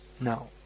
Now